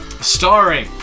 Starring